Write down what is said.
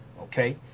okay